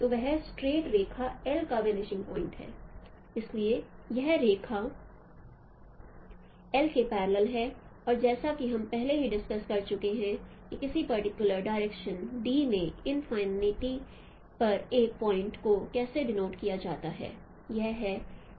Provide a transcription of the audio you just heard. तो वह स्ट्रेट रेखा L का वनिशिंग पॉइंट है इसलिए यह रेखा L के पैरलेल है और जैसा कि हम पहले ही डिस्कस कर चुके हैं कि किसी पर्टिकुलर डायरेक्शन d में इन्फाईनाइट पर एक पॉइंट को कैसे डीनोट किया जाता है यह है